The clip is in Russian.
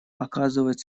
оказывать